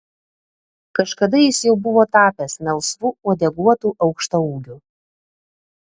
kažkada jis jau buvo tapęs melsvu uodeguotu aukštaūgiu